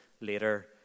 later